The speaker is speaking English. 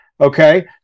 Okay